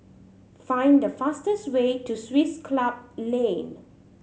find the fastest way to Swiss Club Lane